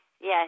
Yes